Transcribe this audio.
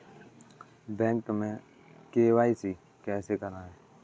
Bank में KYC कैसे करायें?